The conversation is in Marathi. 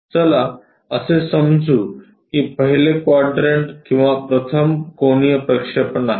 चला असे समजू की हे पहिले क्वाड्रंट किंवा प्रथम कोनीय प्रक्षेपण आहे